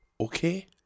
Okay